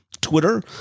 Twitter